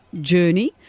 journey